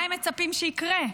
מה הם מצפים שיקרה?